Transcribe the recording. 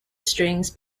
strings